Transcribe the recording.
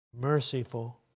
Merciful